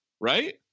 right